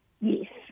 Yes